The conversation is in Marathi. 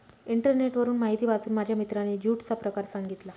इंटरनेटवरून माहिती वाचून माझ्या मित्राने ज्यूटचा प्रकार सांगितला